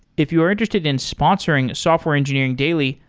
if you are interested in sponsoring software engineering daily,